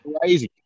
crazy